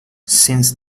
since